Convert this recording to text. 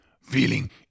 feeling